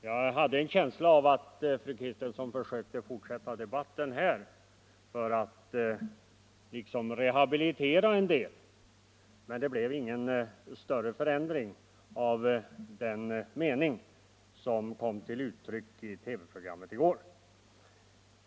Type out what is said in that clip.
Jag hade en känsla av att fru Kristensson försökte fortsätta debatten här för att rehabilitera sig litet, men det blev ingen större förändring av den mening som kom till uttryck i TV-programmet i går.